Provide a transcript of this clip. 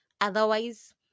Otherwise